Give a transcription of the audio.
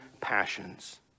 passions